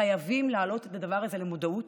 חייבים להעלות את הדבר הזה למודעות.